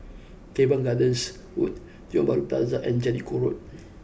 Teban Gardens Road Tiong Bahru Plaza and Jellicoe Road